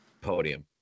podium